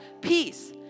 peace